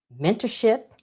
mentorship